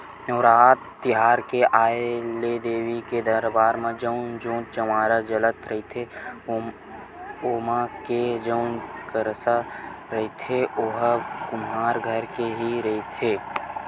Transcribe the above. नवरात तिहार के आय ले देवी के दरबार म जउन जोंत जंवारा जलत रहिथे ओमा के जउन करसा रहिथे ओहा कुम्हार घर के ही रहिथे